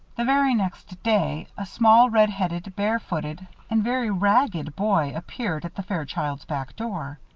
the very next day, a small red-headed, barefooted, and very ragged boy appeared at the fairchilds' back door.